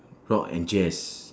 rock and jazz